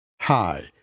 Hi